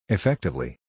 Effectively